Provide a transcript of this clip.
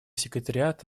секретариат